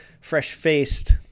Fresh-faced